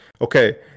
okay